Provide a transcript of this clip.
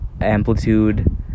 amplitude